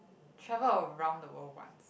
travel around the world once